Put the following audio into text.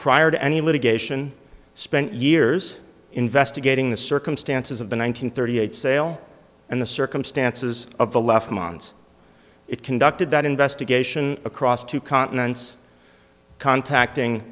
prior to any litigation spent years investigating the circumstances of the one nine hundred thirty eight sale and the circumstances of the left mons it conducted that investigation across two continents contacting